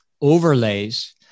overlays